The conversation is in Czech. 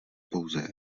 pouze